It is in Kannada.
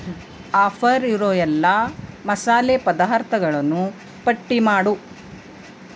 ಆಫರ್ ಇರೋ ಎಲ್ಲ ಮಸಾಲೆ ಪದಾರ್ಥಗಳನ್ನು ಪಟ್ಟಿ ಮಾಡು